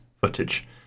footage